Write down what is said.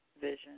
vision